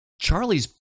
Charlie's